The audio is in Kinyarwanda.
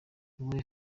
iwe